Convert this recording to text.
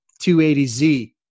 280z